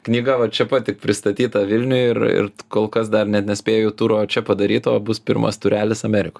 knyga va čia pat tik pristatyta vilniuj ir ir kol kas dar net nespėju turo čia padaryt o bus pirmas turelis amerik